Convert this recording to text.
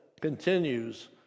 continues